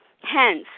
Hence